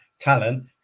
talent